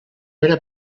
era